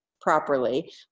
properly